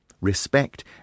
Respect